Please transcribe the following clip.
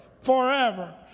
forever